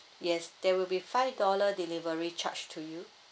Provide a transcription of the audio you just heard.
yes there will be five dollar delivery charge to you